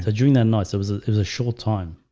ah dream that night. so i was it was a short time.